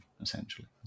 essentially